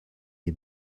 est